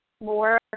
more